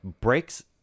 breaks